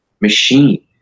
machine